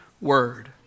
Word